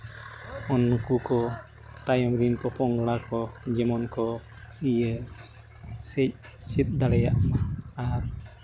ᱩᱱᱠᱩ ᱠᱚ ᱛᱟᱭᱚᱢ ᱨᱮᱱ ᱯᱚᱼᱯᱚᱝᱲᱟ ᱠᱚ ᱡᱮᱢᱚᱱ ᱠᱚ ᱤᱭᱟᱹ ᱥᱤᱫᱽ ᱫᱟᱲᱮᱭᱟᱜ ᱟᱨ